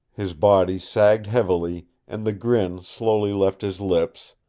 his body sagged heavily, and the grin slowly left his lips,